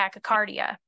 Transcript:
tachycardia